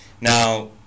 Now